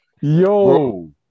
Yo